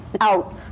out